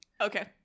Okay